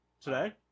Today